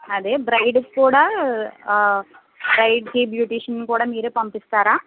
అదే బ్రైడ్కి కూడా బ్రైడ్కి బ్యూటీషియన్ కూడా మీరే పంపిస్తారా